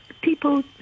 people